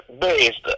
based